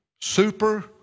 Super